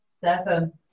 seven